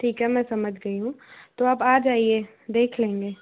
ठीक है मैं समझ गई हूँ तो आप आ जाइए देख लेंगे